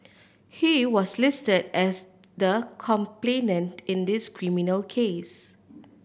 he was listed as the complainant in this criminal case